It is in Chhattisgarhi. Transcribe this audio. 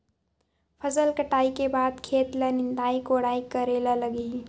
फसल कटाई के बाद खेत ल निंदाई कोडाई करेला लगही?